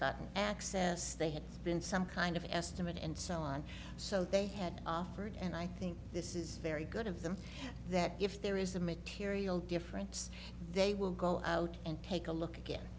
gotten access they had been some kind of estimate and so on so they had offered and i think this is very good of them that if there is a material difference they will go out and take a look a